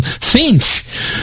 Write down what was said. Finch